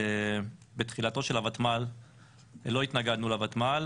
בתחילתו של הוותמ"ל לא התנגדנו לוותמ"ל,